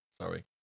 Sorry